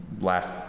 last